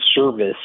service